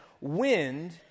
wind